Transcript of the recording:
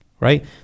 Right